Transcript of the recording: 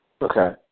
Okay